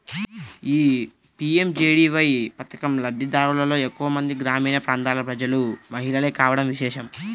ఈ పీ.ఎం.జే.డీ.వై పథకం లబ్ది దారులలో ఎక్కువ మంది గ్రామీణ ప్రాంతాల ప్రజలు, మహిళలే కావడం విశేషం